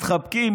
מתחבקים,